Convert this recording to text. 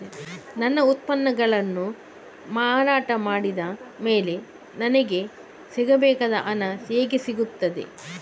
ನನ್ನ ಉತ್ಪನ್ನಗಳನ್ನು ಮಾರಾಟ ಮಾಡಿದ ಮೇಲೆ ನನಗೆ ಸಿಗಬೇಕಾದ ಹಣ ಹೇಗೆ ಸಿಗುತ್ತದೆ?